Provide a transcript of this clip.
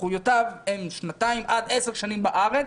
זכויותיו הן שנתיים עד עשר שנים בארץ,